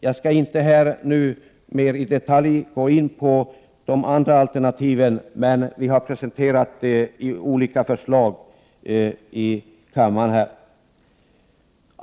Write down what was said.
Jag skall inte här och nu mer i detalj gå in på de andra alternativen, som dock har presenterats i olika förslag i kammaren.